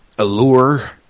allure